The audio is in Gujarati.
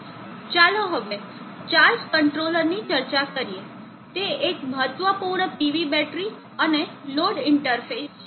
ચાલો હવે ચાર્જ કંટ્રોલરની ચર્ચા કરીએ તે એક મહત્વપૂર્ણ PV બેટરી અને લોડ ઇન્ટરફેસ છે